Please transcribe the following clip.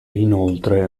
inoltre